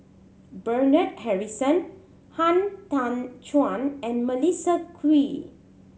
Bernard Harrison Han Tan Juan and Melissa Kwee